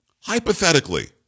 Hypothetically